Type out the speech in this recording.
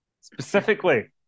specifically